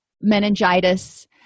meningitis